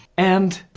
and.